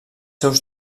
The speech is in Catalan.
seus